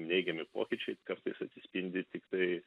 neigiami pokyčiai kartais atsispindi tiktai